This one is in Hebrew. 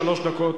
שלוש דקות,